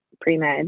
pre-med